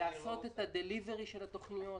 לעשות את ה-delivery של התוכניות,